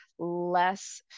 less